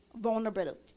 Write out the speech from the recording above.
vulnerability